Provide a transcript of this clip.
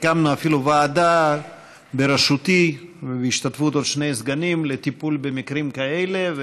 הקמנו אפילו ועדה בראשותי ובהשתתפות עוד שני סגנים לטיפול במקרים כאלה.